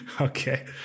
okay